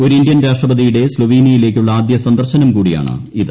ഒരു ഇന്ത്യൻ രാഷ്ട്രപതിയുടെ സ്ലൊവീനിയയിലേക്കുള്ള ആദ്യ സന്ദർശനം കൂടിയാണ് ഇത്